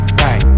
bang